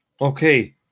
Okay